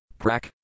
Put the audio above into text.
Prak